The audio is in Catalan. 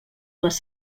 les